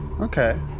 Okay